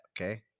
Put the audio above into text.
okay